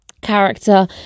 character